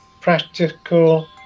practical